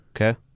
Okay